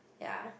ya